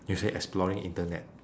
you say exploring internet